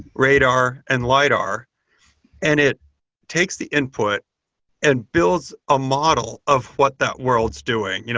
radar and lidar and it takes the input and builds a model of what that world is doing. you know